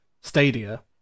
stadia